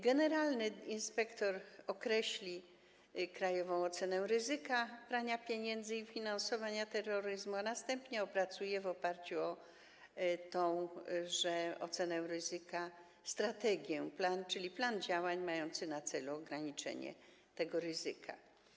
Generalny inspektor określi krajową ocenę ryzyka prania pieniędzy i finansowania terroryzmu, a następnie opracuje w oparciu o tę ocenę ryzyka strategię, czyli plan działań mający na celu ograniczenie tego ryzyka.